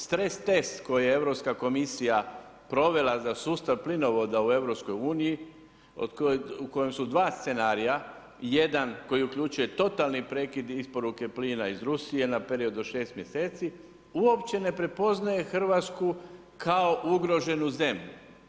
Stres test koji je Europska komisija provela za sustav plinovoda u EU-u u kojem su dva scenarija, jedan koji uključuje totalni prekid isporuke plina iz Rusije na period od 6 mjeseci uopće ne prepoznaje Hrvatsku kao ugroženu zemlju.